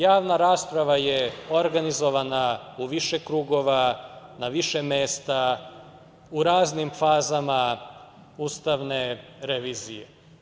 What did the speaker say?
Javna rasprava je organizovana u više krugova, na više mesta, u raznim fazama ustavne revizije.